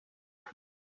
fun